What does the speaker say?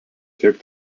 tiek